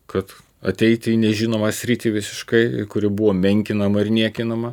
kad ateiti į nežinomą sritį visiškai kuri buvo menkinama ir niekinama